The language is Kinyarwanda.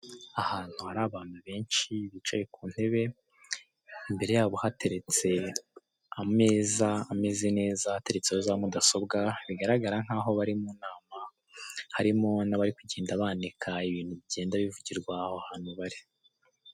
Urupapuro rw'umweru ruriho amagambo yanditse mu rurimi rw'icyongereza, ari mu ibara ry'umukara iruhande rwayo hari ibirango by'amashyaka atandukanye afite n'amabara agiye atandukanye.